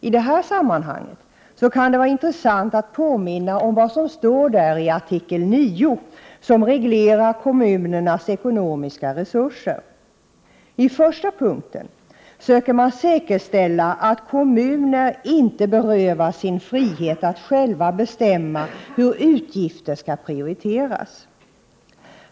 I det här sammanhanget kan det vara intressant att påminna om vad som står i artikel 9, som reglerar kommunernas ekonomiska resurser. I första punkten söker man säkerställa att kommuner inte berövas sin frihet att själva bestämma hur utgifter skall prioriteras.